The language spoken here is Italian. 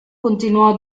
continuò